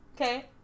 Okay